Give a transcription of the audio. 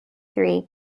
three